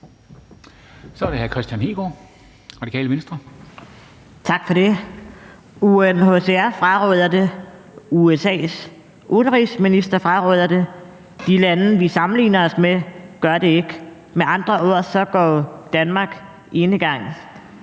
Kl. 13:11 Kristian Hegaard (RV): Tak for det. UNHCR fraråder det, USA's udenrigsminister fraråder det, og de lande, vi sammenligner os med, gør det ikke. Med andre ord går Danmark enegang,